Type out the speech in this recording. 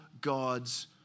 God's